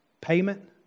payment